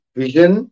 vision